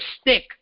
stick